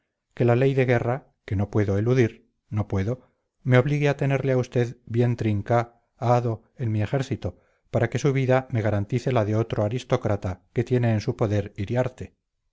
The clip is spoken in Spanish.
que la ley de guerra que no puedo eludir no puedo me obligue a tenerle a usted bien trinca ado en mi ejército para que su vida me garantice la de otro aristócrata que tiene en su poder iriarte